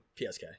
PSK